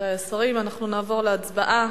רבותי השרים, אנחנו נעבור להצבעה.